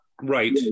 Right